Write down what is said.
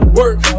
work